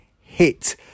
hit